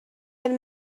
had